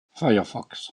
firefox